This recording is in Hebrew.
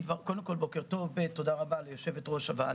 בוקר טוב, תודה רבה ליושבת-ראש,